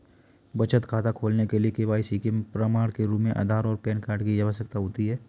बचत खाता खोलने के लिए के.वाई.सी के प्रमाण के रूप में आधार और पैन कार्ड की आवश्यकता होती है